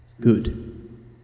Good